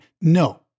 No